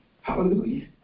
Hallelujah